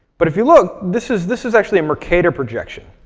but if you look, this is this is actually a mercator projection.